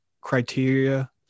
criteria